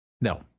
no